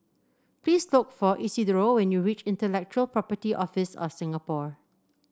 please look for Isidro when you reach Intellectual Property Office of Singapore